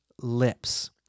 lips